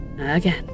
Again